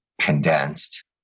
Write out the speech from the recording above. condensed